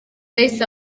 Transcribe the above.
yahise